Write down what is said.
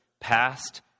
past